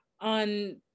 on